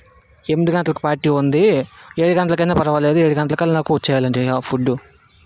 ఎనిమిది గంటలకి ఒక పార్టీ ఉంది ఏడు గంటలకు అయినా పరవాలేదు ఏడుగంటలకు వచ్చేయాలండి ఫుడ్డు